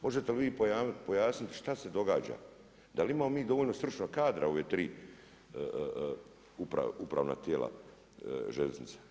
Možete li vi pojasniti šta se događa, da li imamo mi dovoljno stručnog kadra u ova 3 upravna tijela željeznice?